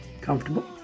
comfortable